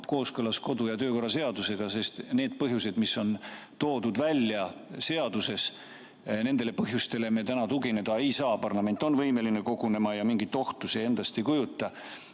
kooskõlas kodu- ja töökorra seadusega, sest nendele põhjustele, mis on toodud välja seaduses, me täna tugineda ei saa. Parlament on võimeline kogunema ja mingit ohtu see endast ei kujuta.